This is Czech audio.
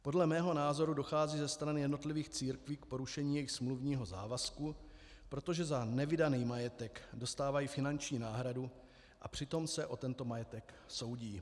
Podle mého názoru dochází ze stran jednotlivých církví k porušení jejich smluvního závazku, protože za nevydaný majetek dostávají finanční náhradu, a přitom se o tento majetek soudí.